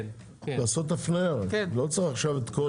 רק לעשות הפניה, לא צריך עכשיו את כל זה.